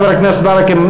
חבר הכנסת ברכה,